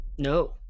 No